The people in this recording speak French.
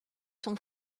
son